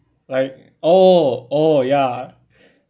like oh oh ya